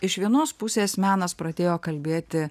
iš vienos pusės menas pradėjo kalbėti